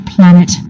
Planet